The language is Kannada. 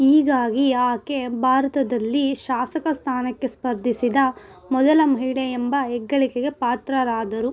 ಹೀಗಾಗಿ ಆಕೆ ಭಾರತದಲ್ಲಿ ಶಾಸಕ ಸ್ಥಾನಕ್ಕೆ ಸ್ಪರ್ಧಿಸಿದ ಮೊದಲ ಮಹಿಳೆ ಎಂಬ ಹೆಗ್ಗಳಿಕೆಗೆ ಪಾತ್ರರಾದರು